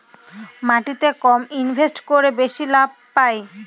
মাটিতে কম ইনভেস্ট করে বেশি লাভ পাই